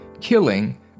killing